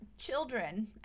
Children